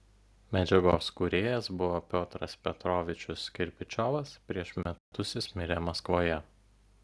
medžiagos kūrėjas buvo piotras petrovičius kirpičiovas prieš metus jis mirė maskvoje